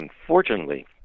unfortunately